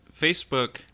Facebook